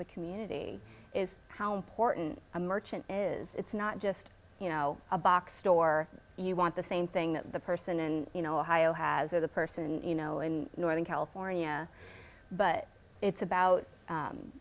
the community is how important a merchant is it's not just you know a box store you want the same thing that the person you know heigho has or the person you know in northern california but it's about